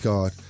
God